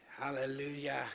Hallelujah